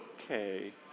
okay